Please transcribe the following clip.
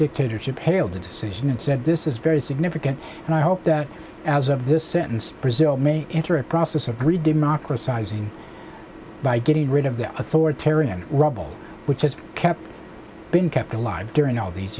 dictatorship hailed the decision and said this is very significant and i hope that as of this sentence brazil may enter a process of greed democracy izing by getting rid of the authoritarian rabble which has kept been kept alive during all these